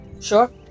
Sure